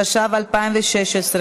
התשע"ו 2016,